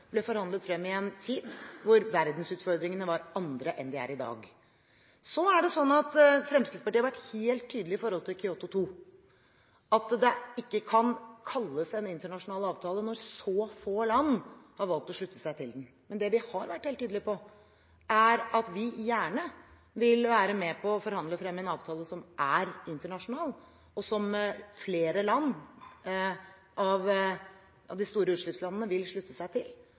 ble forhandlet frem i en tid da verdensutfordringene var andre enn de er i dag. Så har Fremskrittspartiet vært helt tydelig med hensyn til Kyoto 2. Det kan ikke kalles en internasjonal avtale når så få land har valgt å slutte seg til den. Men det vi har vært helt tydelige på, er at vi gjerne vil være med på å forhandle frem en avtale som er internasjonal, som flere av de store utslippslandene vil slutte seg til,